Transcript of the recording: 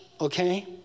okay